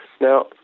Now